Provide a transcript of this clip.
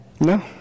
No